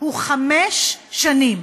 הוא חמש שנים.